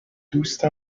دوست